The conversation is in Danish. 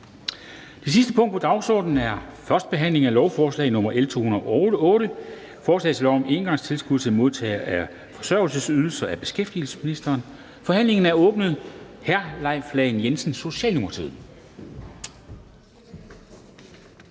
Det sidste punkt på dagsordenen er: 2) 1. behandling af lovforslag nr. L 208: Forslag til lov om engangstilskud til modtagere af forsørgelsesydelser. Af beskæftigelsesministeren (Peter Hummelgaard). (Fremsættelse